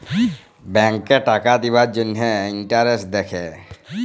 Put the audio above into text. ব্যাংকে টাকা দিবার জ্যনহে ইলটারেস্ট দ্যাখে